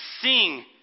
sing